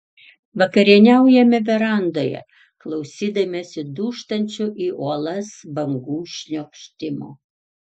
vakarieniaujame verandoje klausydamiesi dūžtančių į uolas bangų šniokštimo